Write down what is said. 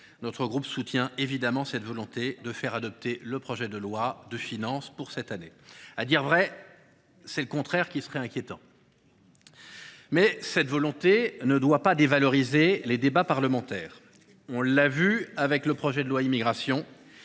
Notre groupe soutient évidemment cette volonté de faire adopter le projet de loi de finances pour cette année. À dire vrai, le contraire serait inquiétant… Toutefois, cette volonté ne doit pas dévaloriser les débats parlementaires. On l’a vu avec le projet de loi sur l’immigration,